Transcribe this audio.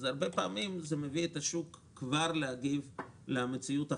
אז הרבה פעמים זה מביא את השוק כבר להגיב למציאות החדשה,